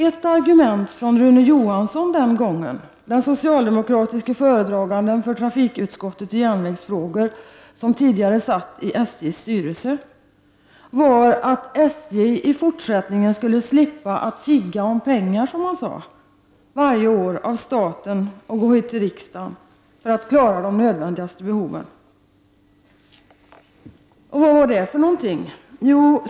Ett argument från Rune Johansson, socialdemokratisk föredragande för trafikutskottet i järnvägsfrågor som tidigare satt i SJs styrelse, var att SJ i fortsättningen skulle slippa att ”tigga om pengar” varje år av staten och av riksdagen för att klara de nödvändigaste behoven. Vad är detta för något?